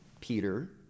Peter